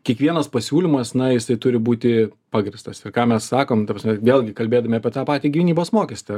kiekvienas pasiūlymas na jisai turi būti pagrįstas ir ką mes sakom ta prasme vėlgi kalbėdami apie tą patį gynybos mokestį